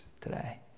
today